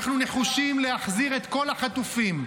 אנחנו נחושים להחזיר את כל החטופים,